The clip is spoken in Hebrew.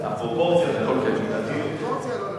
הפרופורציות, הפרופורציה לא נכונה.